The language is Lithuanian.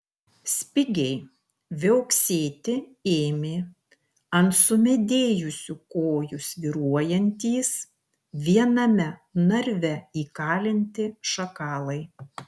spigiai viauksėti ėmė ant sumedėjusių kojų svyruojantys viename narve įkalinti šakalai